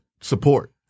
support